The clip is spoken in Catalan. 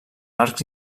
arcs